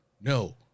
no